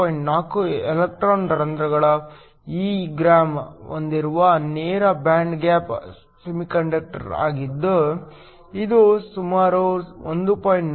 4 electron hole ಗಳ ಇ ಗ್ರಾಂ ಹೊಂದಿರುವ ನೇರ ಬ್ಯಾಂಡ್ ಗ್ಯಾಪ್ಸೆಮಿಕಂಡಕ್ಟರ್ ಆಗಿದೆ ಇದು ಸರಿಸುಮಾರು 1